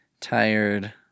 tired